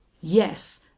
yes